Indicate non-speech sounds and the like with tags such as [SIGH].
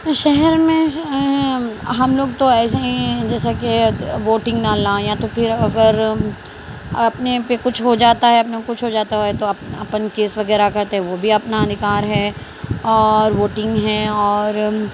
شہر میں [UNINTELLIGIBLE] ہم لوگ تو ایسے ہیں جیسا کہ ووٹنگ ڈالنا یا تو پھر اگر اپنے پہ کچھ ہو جاتا ہے اپنے کو کچھ ہو جاتا ہے تو اپن کیس وغیرہ کرتے وہ بھی اپنا ادھکار ہے اور ووٹنگ ہیں اور